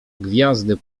gwiazdy